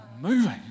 moving